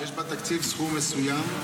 יש בתקציב סכום מסוים.